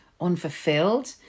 unfulfilled